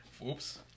Whoops